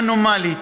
אנומלית,